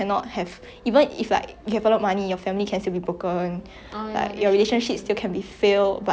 the thing is you don't have to worry about a lot of things you know like you fall sick you don't have to worry about whether you have money to see doctor